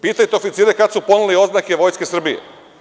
Pitajte oficire kada su poneli oznake Vojske Srbije?